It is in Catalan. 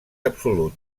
absolut